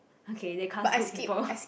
okay they cast good people